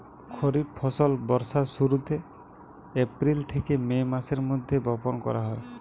খরিফ ফসল বর্ষার শুরুতে, এপ্রিল থেকে মে মাসের মধ্যে বপন করা হয়